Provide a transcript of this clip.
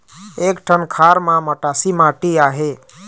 एक ठन खार म मटासी माटी आहे?